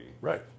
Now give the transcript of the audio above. Right